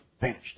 vanished